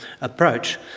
approach